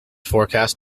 forecast